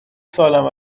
سالم